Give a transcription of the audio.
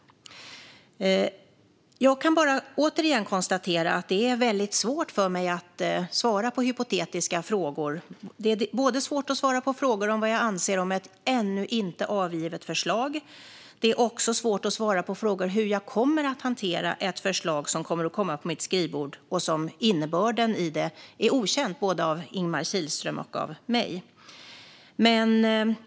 Jag kan bara återigen konstatera att det är väldigt svårt för mig att svara på hypotetiska frågor. Det är både svårt att svara på frågor om vad jag anser om ett ännu inte avgivet förslag och att svara på frågor om hur jag kommer att hantera ett förslag som kommer att komma på mitt skrivbord och vars innebörd är okänd både för Ingemar Kihlström och för mig.